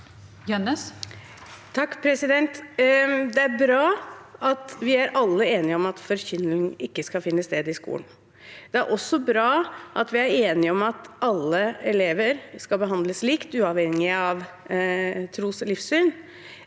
(H) Det er bra vi alle er enige om at forkynning ikke skal finne sted i skolen. Det er også bra vi er enige om at alle elever skal behandles likt, uavhengig av tros- og livssyn.